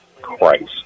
Christ